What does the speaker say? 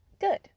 good